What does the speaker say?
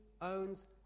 owns